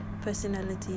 personality